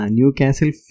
Newcastle